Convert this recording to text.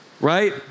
right